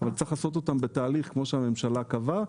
אבל צריך לעשות אותם בתהליך כמו שהממשלה קבעה.